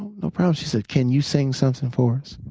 no problem. she said, can you sing something for us?